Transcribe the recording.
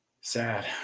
Sad